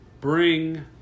bring